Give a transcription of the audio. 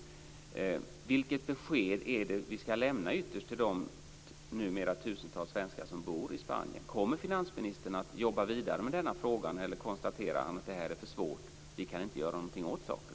Men vilket besked är det som ska lämnas till de numera tusentals svenskar som bor i Spanien? Kommer finansministern att jobba vidare med denna fråga, eller konstaterar han att detta är för svårt och att man inte kan göra någonting åt saken?